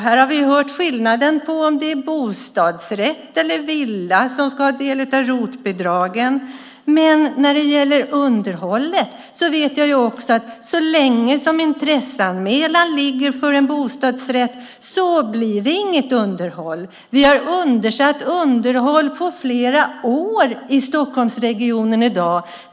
Här har vi hört skillnaden på om det är bostadsrätt eller villa som ska ha del av ROT-bidragen. Men när det gäller underhållet vet jag att så länge som intresseanmälan ligger för en bostadsrätt blir det inget underhåll. Vi har flera års eftersatt underhåll i Stockholmsregionen i dag.